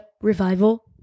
revival